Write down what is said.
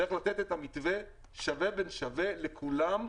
צריך את לתת המתווה שווה ושווה לכולם,